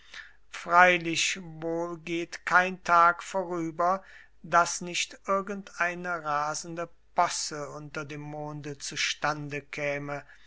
freilich wohl geht kein tag vorüber daß nicht irgendeine rasende posse unter dem monde zustande käme